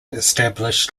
established